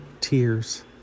tears